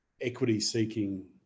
equity-seeking